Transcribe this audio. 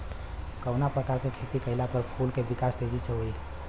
कवना प्रकार से खेती कइला पर फूल के विकास तेजी से होयी?